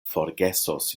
forgesos